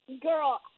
Girl